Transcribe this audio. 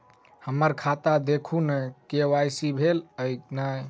हम्मर खाता देखू नै के.वाई.सी भेल अई नै?